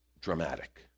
dramatic